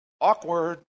Awkward